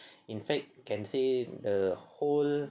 in fact can say the whole